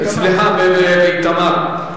סליחה, באיתמר.